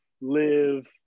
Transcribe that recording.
live